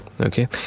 Okay